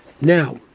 Now